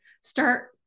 start